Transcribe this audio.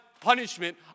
punishment